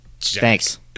Thanks